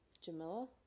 Jamila